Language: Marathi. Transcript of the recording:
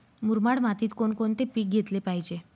मुरमाड मातीत कोणकोणते पीक घेतले पाहिजे?